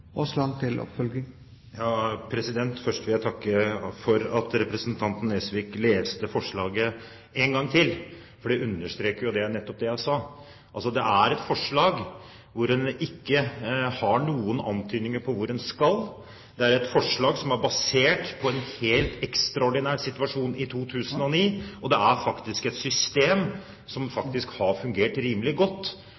Først vil jeg takke for at representanten Nesvik leste forslaget, for det understreker jo nettopp det jeg sa: Det er et forslag hvor en ikke har noen antydninger om hvor en skal. Det er et forslag som er basert på en helt ekstraordinær situasjon i 2009, og det er et system som